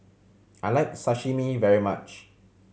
I like Sashimi very much